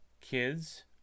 kids